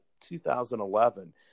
2011